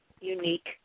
unique